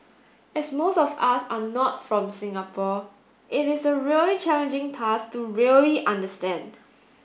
as most of us are not from Singapore it is a really challenging task to really understand